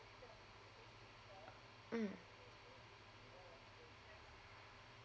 mm